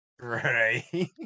Right